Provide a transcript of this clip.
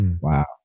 Wow